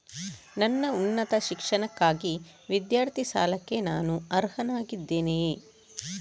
ನನ್ನ ಉನ್ನತ ಶಿಕ್ಷಣಕ್ಕಾಗಿ ವಿದ್ಯಾರ್ಥಿ ಸಾಲಕ್ಕೆ ನಾನು ಅರ್ಹನಾಗಿದ್ದೇನೆಯೇ?